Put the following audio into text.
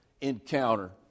encounter